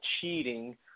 cheating